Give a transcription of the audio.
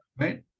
Right